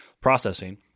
processing